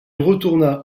retourna